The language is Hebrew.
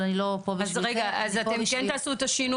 אבל אני לא פה בשביל זה --- אז אתם כן תעשו את השינוי?